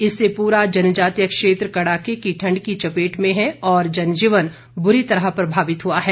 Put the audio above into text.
इससे पूरा जनजातीय क्षेत्र कड़ाके की ठंड की चपेट में है और जन जीवन बुरी तरह प्रभावित हुआ है